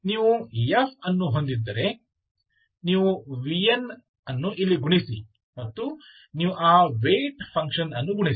ನೀವು f ಅನ್ನು ಹೊಂದಿದ್ದರೆ ನೀವು vn ಅನ್ನು ಇಲ್ಲಿ ಗುಣಿಸಿ ಮತ್ತು ನೀವು ಆ ವೆಯಿಟ್ ಫಂಕ್ಷನ್ ಅನ್ನು ಗುಣಿಸಿ